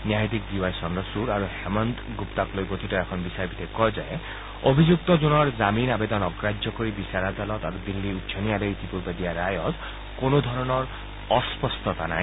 ন্যায়াধীশ D Y Chandrachud আৰু হেমন্ত গুপ্তাক লৈ গঠিত এখন বিচাৰপীঠে কয় যে অভিযুক্তজনৰ জামিন আৱেদন অগ্ৰাহ্য কৰি বিচাৰ আদালত আৰু দিল্লী উচ্চ ন্যায়ালয়ে ইতিপূৰ্বে দিয়া ৰায়ত কোনো ধৰণৰ অস্পষ্টতা নাই